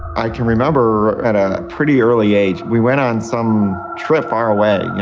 i can remember at a pretty early age we went on some trip far away,